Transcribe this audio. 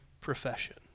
profession